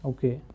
Okay